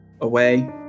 away